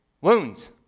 Wounds